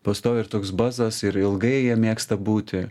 pastoviai ir toks bazas ir ilgai jie mėgsta būti